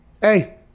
hey